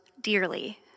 dearly